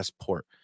port